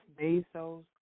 Bezos